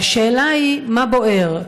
והשאלה היא: מה בוער?